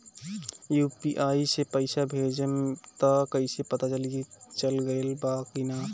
UPI से पइसा भेजम त कइसे पता चलि की चल गेल बा की न?